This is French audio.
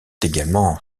également